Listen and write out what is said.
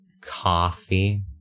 Coffee